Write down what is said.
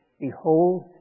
Behold